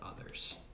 others